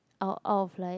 out out of like